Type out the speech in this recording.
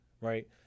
right